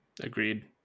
Agreed